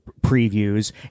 previews